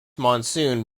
monsoon